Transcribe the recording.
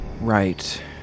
Right